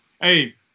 hey